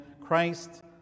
Christ